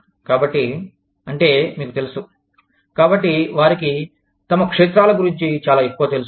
కాబట్టి అంటే మీకు తెలుసు కాబట్టి వారికి తమ క్షేత్రాల గురించి చాలా ఎక్కువ తెలుసు